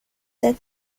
set